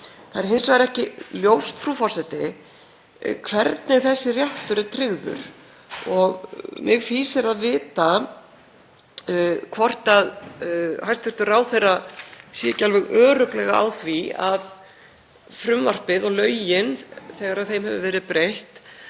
Það er hins vegar ekki ljóst, frú forseti, hvernig þessi réttur er tryggður. Mig fýsir að vita hvort hæstv. ráðherra sé ekki alveg örugglega á því að frumvarpið og lögin, þegar þeim hefur verið breytt,